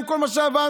עם כל מה שעברנו,